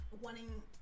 wanting